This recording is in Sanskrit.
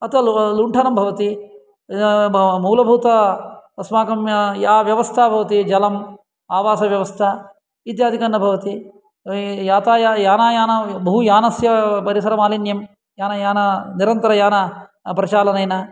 अतः लुण्ठनं भवति मूलभूतं अस्माकं या व्यवस्था भवति जलम् आवासव्यवस्था इत्यादिकन्न भवति यानायाना बहुयानस्य परिसरमालिन्यं यानयाना निरन्तर्यानप्रचालनेन